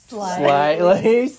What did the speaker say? Slightly